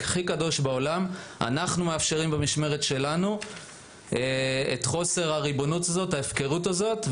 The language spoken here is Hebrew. אנחנו מאפשרים במשמרת שלנו את חוסר הריבונות וההפקרות הזאת.